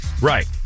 Right